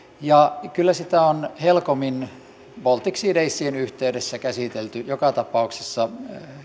ja kyllä sitä on helcomin baltic sea dayn yhteydessä käsitelty joka tapauksessa